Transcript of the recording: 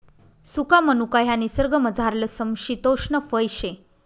सुका मनुका ह्या निसर्गमझारलं समशितोष्ण फय शे